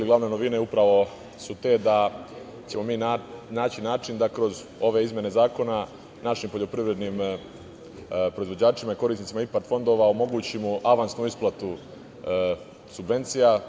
Glavne novine su te da ćemo mi naći način da kroz ove izmene zakona našim poljoprivrednim proizvođačima i korisnicima IPARD fondova omogućimo avansnu isplatu subvencija.